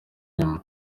nyuma